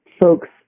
folks